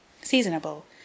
Seasonable